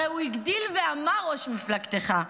הרי הוא הגדיל ואמר, ראש מפלגתך,